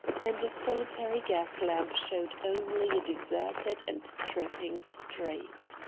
and a solitary gas-lamp showed only a deserted and dripping street.